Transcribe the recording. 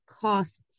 costs